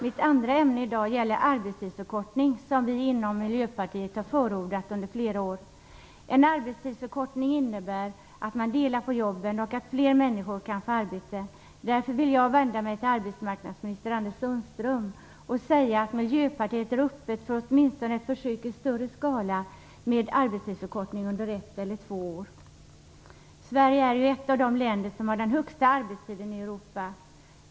Mitt andra ämne i dag gäller arbetstidsförkortning, som vi inom Miljöpartiet har förordat under flera år. En arbetstidsförkortning innebär att man delar på jobben och att fler människor kan få arbete. Därför vill jag vända mig till arbetsmarknadsminister Anders Sundström och säga att Miljöpartiet är öppet för åtminstone ett försök i större skala med arbetstidsförkortning under ett eller två år. Sverige är ju ett av de länder som har den högsta arbetstiden i Europa.